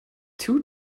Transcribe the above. two